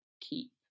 keep